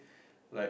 like